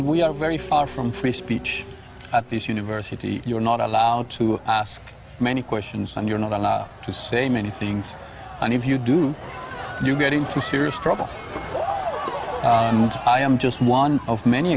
we are very far from free speech at this university you're not allowed to ask many questions and you're not allowed to say many things and if you do you get into serious trouble and i am just one of many